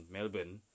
Melbourne